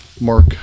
Mark